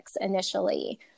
initially